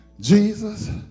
Jesus